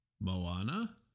Moana